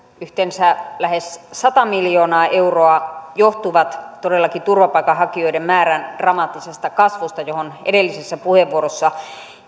yhteensä lähes sata miljoonaa euroa johtuvat todellakin turvapaikanhakijoiden määrän dramaattisesta kasvusta johon edellisessä puheenvuorossa